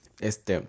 Este